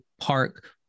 Park